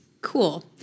Cool